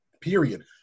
period